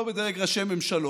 לא בדרג ראשי ממשלות,